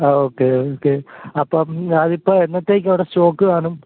ആ okay okay അപ്പം ഞാന് ഇപ്പോൾ എന്നത്തേയ്ക്കവിടെ സ്റ്റോക്ക് കാണും